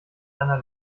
einer